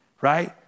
right